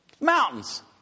Mountains